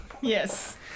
Yes